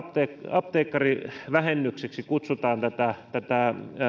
apteekkarivähennykseksi kutsutaan tätä tätä